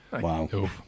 Wow